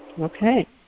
Okay